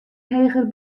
heger